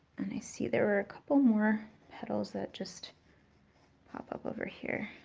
and i see there were a couple more petals that just pop up over here.